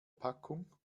packung